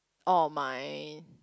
oh my